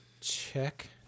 Check